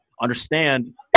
understand